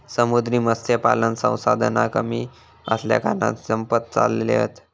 समुद्री मत्स्यपालन संसाधन कमी असल्याकारणान संपत चालले हत